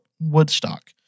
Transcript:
Woodstock